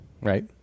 Right